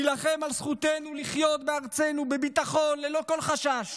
נילחם על זכותנו לחיות בארצנו בביטחון וללא כל חשש.